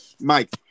Mike